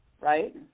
right